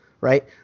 right